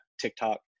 TikTok